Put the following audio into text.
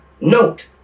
note